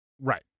right